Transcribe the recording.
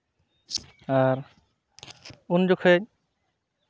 ᱟᱨ ᱩᱱ ᱡᱚᱠᱷᱚᱱ